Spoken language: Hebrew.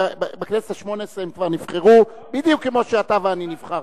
בכנסת השמונה-עשרה הם כבר נבחרו בדיוק כמו שאתה ואני נבחרנו.